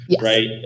right